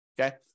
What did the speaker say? Okay